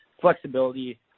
flexibility